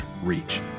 reach